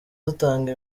dutanga